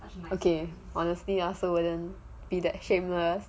okay honestly you all also wouldn't be that shameless